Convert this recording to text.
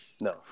No